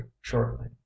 shortly